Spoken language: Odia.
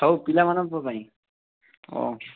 ସବୁ ପିଲାମାନଙ୍କ ପାଇଁ ଓ